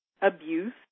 Abuse